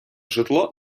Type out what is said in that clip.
житло